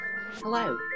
Hello